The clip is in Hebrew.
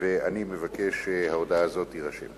אני מבקש שהודעה זאת תירשם.